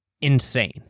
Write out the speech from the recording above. insane